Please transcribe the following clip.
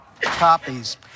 copies